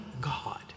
God